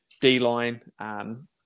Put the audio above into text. D-line